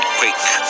quake